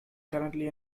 currently